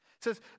says